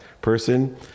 person